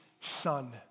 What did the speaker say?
Son